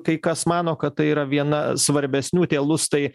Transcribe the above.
kai kas mano kad tai yra viena svarbesnių tie lustai